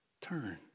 turn